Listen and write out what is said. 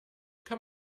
kann